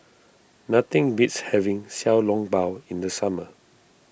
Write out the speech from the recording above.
nothing beats having Xiao Long Bao in the summer